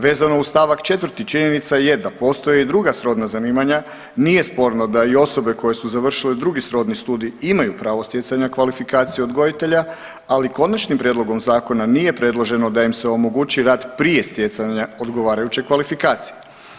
Vezano uz st. 4. činjenica je da postoje i druga srodna zanimanja, nije sporno da i osobe koje su završile drugi srodni studij imaju pravo stjecanja kvalifikacije odgojitelja, ali konačnim prijedlogom zakona nije predloženo da im se omogući rad prije stjecanja odgovarajuće kvalifikacije.